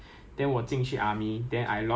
after I lost everything already right it's sixty three K_G